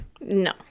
No